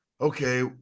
okay